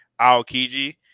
Aokiji